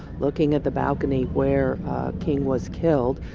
looking at the balcony where king was killed.